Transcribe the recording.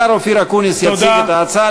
השר אופיר אקוניס יציג את ההצעה,